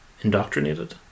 Indoctrinated